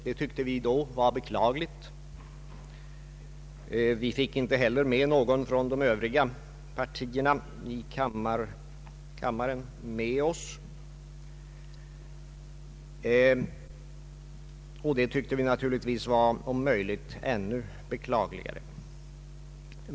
Det tyckte vi då var beklagligt. Vi fick inte heller någon från de övriga partierna i kammaren med oss, och det tyckte vi naturligtvis var om möjligt ännu beklagligare.